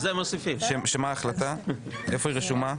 מה ההחלטה, איפה היא רשומה?